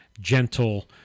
gentle